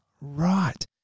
Right